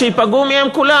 שייפגעו ממנה כולם.